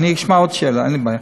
אני אשמע עוד שאלה,